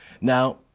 Now